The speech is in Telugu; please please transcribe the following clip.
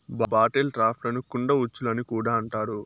బాటిల్ ట్రాప్లను కుండ ఉచ్చులు అని కూడా అంటారు